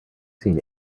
seen